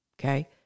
okay